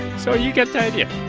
so you get the idea.